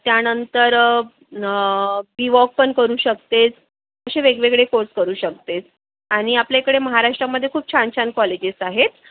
त्यानंतर B voc पण करू शकतेस असे वेगवेगळे कोर्स करू शकतेस आणि आपल्या इकडे महाराष्ट्रामध्ये खूप छान छान कॉलेजेस आहेत